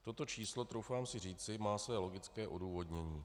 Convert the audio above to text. Toto číslo, troufám si říci, má své logické odůvodnění.